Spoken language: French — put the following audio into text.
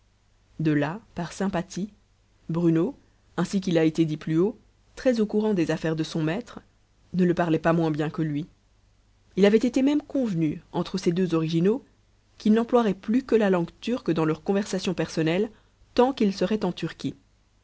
de là par sympathie bruno ainsi qu'il a été dit plus haut très au courant des affaires de son maître ne le parlait pas moins bien que lui il avait été même convenu entre ces deux originaux qu'ils n'emploieraient plus que la langue turque dans leur conversation personnelle tant qu'ils seraient en turquie